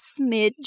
smidge